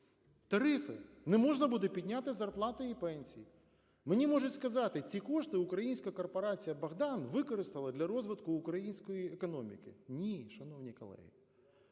тарифи, не можна буде підняти зарплати і пенсії. Мені можуть сказати: ці кошти українська корпорація "Богдан" використала для розвитку української економіки. Ні, шановні колеги.